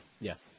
Yes